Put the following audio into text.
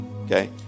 Okay